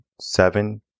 seven